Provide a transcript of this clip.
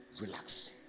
Relax